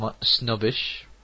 snobbish